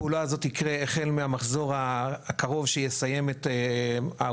הפעולה הזאת תקרה החל מהמחזור הקרוב שיסיים את האולפן,